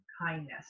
kindness